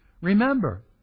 Remember